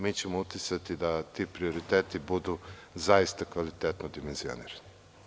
Mi ćemo uticati da ti prioriteti budu zaista kvalitetno dimenzionirani.